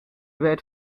werd